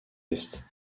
est